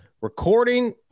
recording